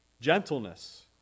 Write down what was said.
gentleness